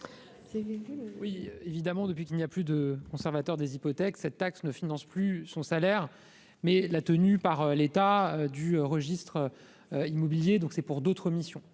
du Gouvernement ? Depuis qu'il n'y a plus de conservateur des hypothèques, cette taxe finance non plus son salaire, mais la tenue par l'État du registre immobilier : elle sert donc à d'autres missions.